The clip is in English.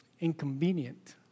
inconvenient